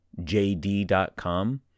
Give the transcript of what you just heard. jd.com